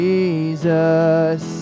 Jesus